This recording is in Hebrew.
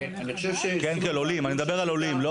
אני מדבר על עולים.